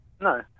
No